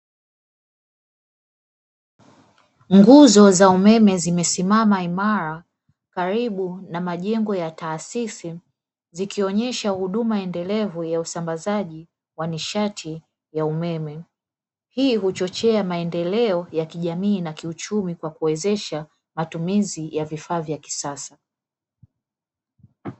Nguzo za umeme zimesimama imara, kalibu na majengo ya taasisi zikionesha huduma endelevu ya usambazaji wa nishati ya umeme, hii huchochea maendeleo ya jamii na kiuchumi na kuwezesha matumizi ya vifaa vya kisasa.